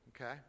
okay